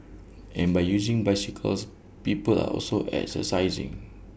and by using bicycles people are also exercising